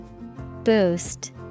Boost